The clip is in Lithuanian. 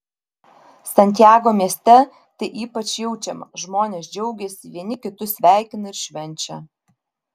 santiago mieste tai ypač jaučiama žmonės džiaugiasi vieni kitus sveikina ir švenčia